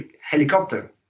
helicopter